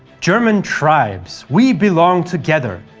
german tribes we belong together.